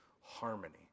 harmony